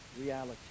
reality